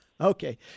Okay